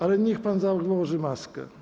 Ale niech pan założy maskę.